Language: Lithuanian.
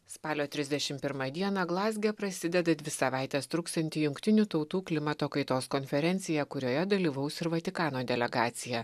spalio trisdešimt pirmą dieną glazge prasideda dvi savaites truksianti jungtinių tautų klimato kaitos konferencija kurioje dalyvaus ir vatikano delegacija